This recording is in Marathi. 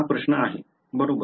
हा प्रश्न आहे बरोबर